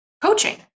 coaching